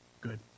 Good